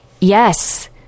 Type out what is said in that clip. Yes